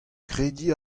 krediñ